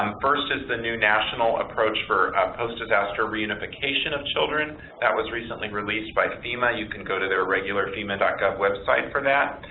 um first is the new national approach for post disaster reunification of children that was recently released by fema. you can go to their regular fema and gov website for that.